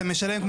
אתה משלם,